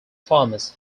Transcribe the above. farmers